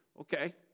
okay